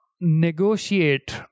negotiate